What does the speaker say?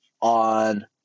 on